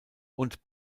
und